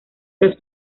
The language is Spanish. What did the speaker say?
las